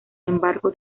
embargo